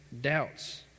doubts